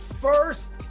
first